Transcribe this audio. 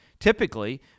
Typically